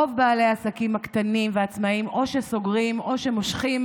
רוב בעלי העסקים הקטנים והעצמאיים סוגרים או מושכים